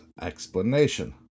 explanation